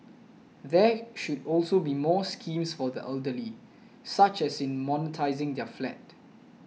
there should also be more schemes for the elderly such as in monetising their flat